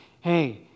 hey